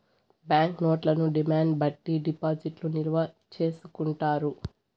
bank నోట్లను demand బట్టి డిపాజిట్లు నిల్వ చేసుకుంటారు